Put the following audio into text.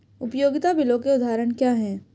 उपयोगिता बिलों के उदाहरण क्या हैं?